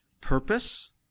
Purpose